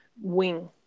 wing